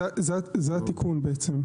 זה התיקון בעצם.